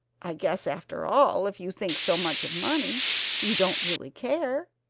i guess after all if you think so much of money you don't really care!